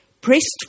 pressed